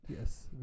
Yes